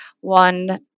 one